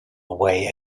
away